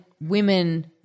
women